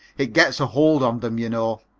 it gets a hold on them, you know.